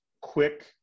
quick